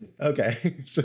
Okay